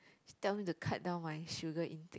she tell me to cut down my sugar intake